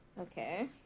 okay